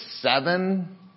seven